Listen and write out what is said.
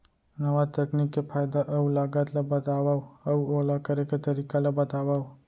नवा तकनीक के फायदा अऊ लागत ला बतावव अऊ ओला करे के तरीका ला बतावव?